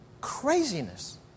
craziness